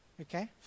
okay